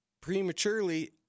prematurely